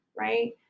Right